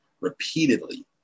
repeatedly